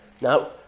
Now